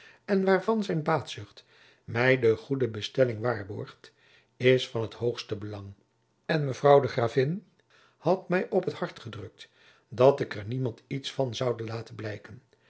en waarvan zijn baatzucht mij de goede bestelling waarborgt is van het hoogste belang en mevrouw de gravin had mij op het hart gedrukt dat ik er niemand iets van zoude laten blijken